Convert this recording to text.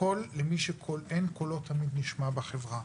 - קול למי שאין קולו תמיד נשמע בחברה.